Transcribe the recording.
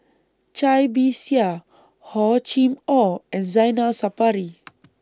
Cai Bixia Hor Chim Or and Zainal Sapari